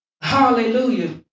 Hallelujah